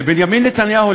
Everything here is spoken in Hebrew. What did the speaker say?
לבנימין נתניהו,